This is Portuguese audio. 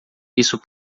isso